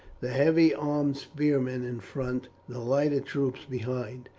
the heavy armed spearmen in front, the lighter troops behind,